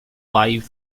live